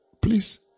please